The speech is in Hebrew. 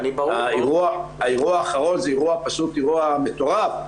האירוע האחרון הוא פשוט אירוע מטורף,